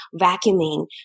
vacuuming